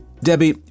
Debbie